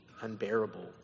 unbearable